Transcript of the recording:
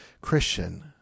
Christian